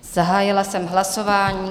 Zahájila jsem hlasování.